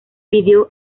pidió